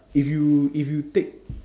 if you if you take